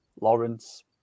lawrence